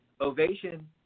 Ovation